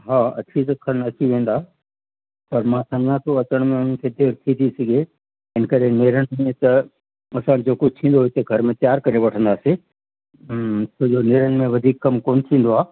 हा अठें त खनि अची वेंदा पर मां समुझां थो अचण में उन्हनि खे देरि थी थी सघे इनकरे नेरन में त असां वटि जेको थी वियो सो घर में तयार करे वठंदासीं हम्म छो जो नेरन में वधीक कमु कोन थींदो आहे